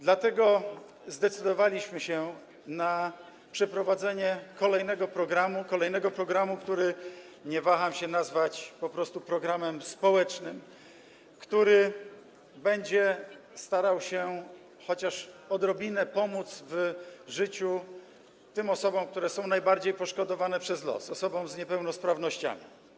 Dlatego zdecydowaliśmy się na przeprowadzenie kolejnego programu - nie waham się go nazwać po prostu programem społecznym - który będzie starał się chociaż odrobinę pomóc w życiu tym osobom, które są najbardziej poszkodowane przez los, osobom z niepełnosprawnościami.